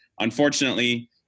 unfortunately